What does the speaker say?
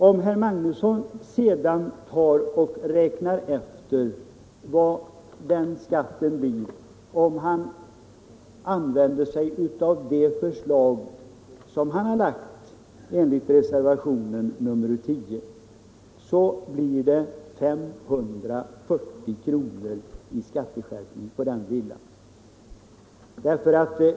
Om herr Magnusson sedan räknar efter vad skatten blir om han utgår från det förslag som han varit med om att framlägga i reservationen 10 vid skatteutskottets betänkande nr 25, så finner herr Magnusson att det blir 540 kr. i skatteskärpning för denna villa.